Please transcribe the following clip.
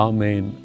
Amen